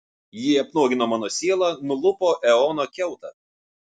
ji apnuogino mano sielą nulupo eono kiautą